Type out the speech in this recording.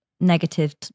negative